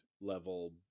level